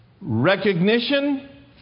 recognition